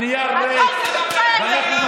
נכון, על נייר ריק, אחמד, הוא לא עונה לך.